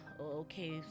Okay